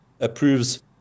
approves